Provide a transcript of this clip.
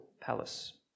palace